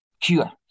cure